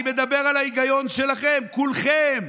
אני מדבר על ההיגיון שלכם, כולכם.